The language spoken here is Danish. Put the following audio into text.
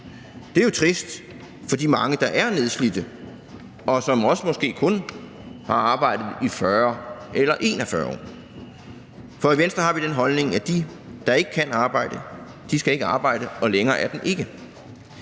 Det er jo trist for de mange, der er nedslidte, og som måske også kun har arbejdet i 40 eller 41 år. For i Venstre har vi den holdning, at dem, der ikke kan arbejde, ikke skal arbejde, og længere er den ikke.